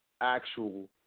actual